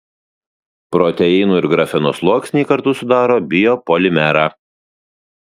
proteinų ir grafeno sluoksniai kartu sudaro biopolimerą